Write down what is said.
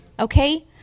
Okay